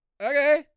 Okay